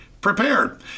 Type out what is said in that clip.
prepared